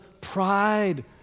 pride